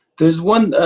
there's one